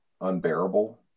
unbearable